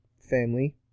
family